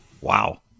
Wow